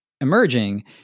emerging